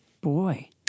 boy